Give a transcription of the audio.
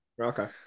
Okay